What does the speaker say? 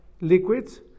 liquids